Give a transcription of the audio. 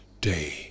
day